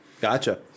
Gotcha